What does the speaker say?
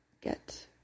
get